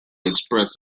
expressed